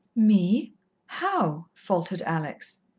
me how? faltered alex.